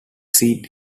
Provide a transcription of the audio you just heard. seat